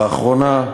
לאחרונה,